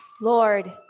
Lord